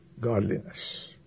godliness